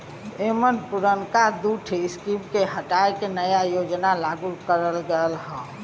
एमन पुरनका दूठे स्कीम के हटा के नया योजना लागू करल गयल हौ